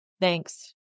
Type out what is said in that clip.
thanks